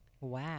Wow